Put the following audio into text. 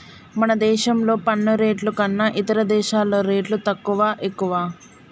మన దేశంలోని పన్ను రేట్లు కన్నా ఇతర దేశాల్లో రేట్లు తక్కువా, ఎక్కువా